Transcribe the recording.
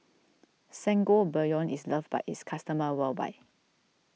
Sangobion is loved by its customers worldwide